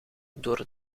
door